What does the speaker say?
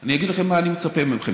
אני אגיד לכם מה אני מצפה מכם.